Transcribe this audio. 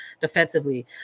defensively